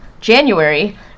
January